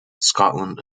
scotland